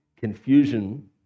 confusion